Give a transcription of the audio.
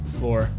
four